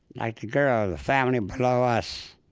like the girl, the family below us,